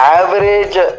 average